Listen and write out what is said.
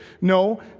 No